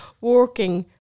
working